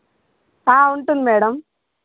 ఉంటుంది మేడం